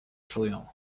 czują